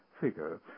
figure